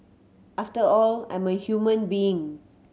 after all I'm a human being